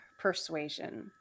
persuasion